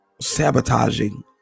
Sabotaging